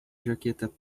jaqueta